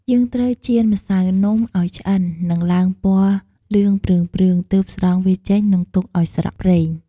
យើងត្រូវចៀនម្សៅនំឱ្យឆ្អិន និងឡើងពណ៌លឿងព្រឿងៗ ទើបស្រង់វាចេញ និងទុកឱ្យស្រក់ប្រេង។